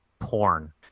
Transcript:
porn